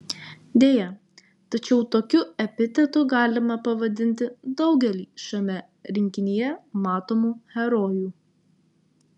deja tačiau tokiu epitetu galima pavadinti daugelį šiame rinkinyje matomų herojų